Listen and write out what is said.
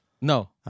No